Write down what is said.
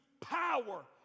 power